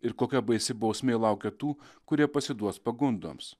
ir kokia baisi bausmė laukia tų kurie pasiduos pagundoms